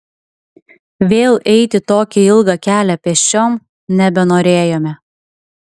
vėl eiti tokį ilgą kelią pėsčiom nebenorėjome